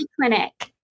clinic